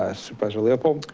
ah supervisor leopold.